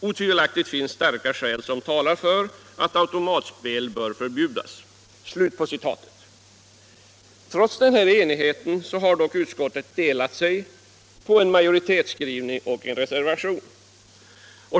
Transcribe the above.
Otvivelaktigt finns det starka skäl som talar för att automatspel bör förbjudas.” Trots denna enighet har utskottet dock blivit delat på en majoritetsskrivning och en reservation.